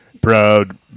Proud